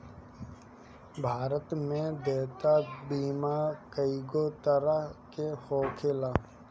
भारत में देयता बीमा कइगो तरह के होखेला